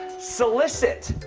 solicit.